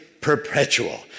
perpetual